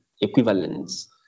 equivalents